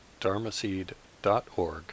dharmaseed.org